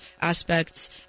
aspects